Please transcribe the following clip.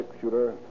shooter